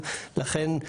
זה נכון,